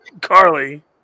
Carly